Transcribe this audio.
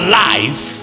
life